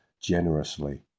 generously